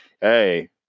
hey